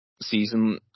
season